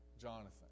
Jonathan